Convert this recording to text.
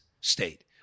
state